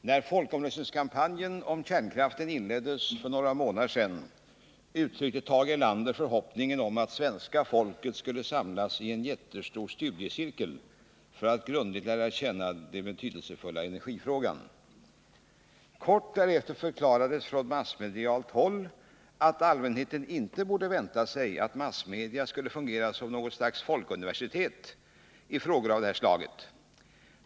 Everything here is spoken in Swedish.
Herr talman! När folkomröstningskampanjen om kärnkraften inleddes för några månader sedan uttryckte Tage Erlander förhoppningen om att svenska folket skulle samlas i en jättestor studiecirkel för att grundligt lära sig den betydelsefulla energifrågan. Kort därefter förklarades från massmedialt håll att allmänheten inte borde vänta sig att massmedia skulle fungera som något folkuniversitet i frågor av detta slag.